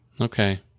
okay